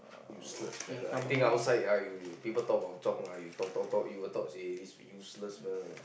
useless fellow I think outside ah you you people talk about Zhong ah you talk talk talk you will talk say this useless fellow